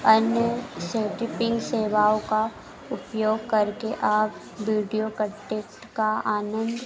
अन्य सेफ्टिपिंग सेवाओं का उपयोग करके आप बीडियो कटेंट का आनंद